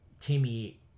Timmy